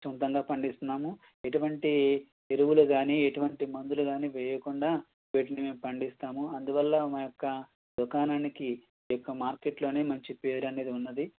సొంతంగా పండిస్త్నాము ఎటువంటి ఎరువులు కానీ ఎటువంటి మందులు కానీ వేయకుండా వీటిని మేము పండిస్తాము అందువల్ల మా యొక్క దుకాణానికి ఈయొక్క మార్కెట్లోనే మంచి పేరనేది ఉన్నది